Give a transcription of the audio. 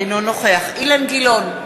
אינו נוכח אילן גילאון,